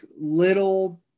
little